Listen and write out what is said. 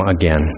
again